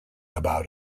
about